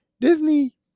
Disney